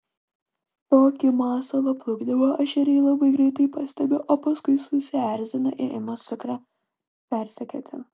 tokį masalo plukdymą ešeriai labai greitai pastebi o paskui susierzina ir ima sukrę persekioti